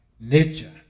nature